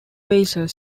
weiser